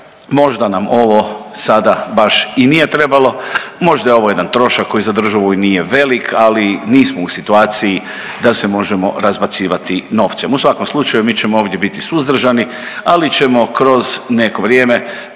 možda nam ovo sada baš i nije trebalo, možda je ovo jedan trošak koji za državu i nije velik, ali nismo u situaciji da se možemo razbacivati novcem. U svakom slučaju mi ćemo ovdje biti suzdržani, ali ćemo kroz neko vrijeme